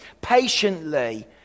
patiently